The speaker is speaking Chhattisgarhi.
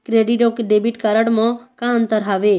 क्रेडिट अऊ डेबिट कारड म का अंतर हावे?